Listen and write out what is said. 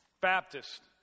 Baptist